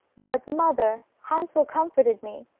but, mother, hansel comforted me,